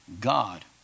God